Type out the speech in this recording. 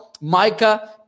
Micah